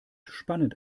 spannend